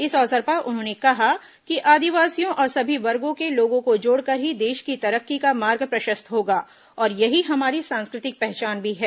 इस अवसर पर उन्होंने कहा कि आदिवासियों और सभी वर्गो के लोगों को जोड़कर ही देश की तरक्की का मार्ग प्रशस्त होगा और यही हमारी सांस्कृतिक पहचान भी है